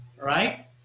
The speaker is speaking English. right